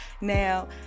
Now